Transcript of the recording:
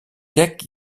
kijk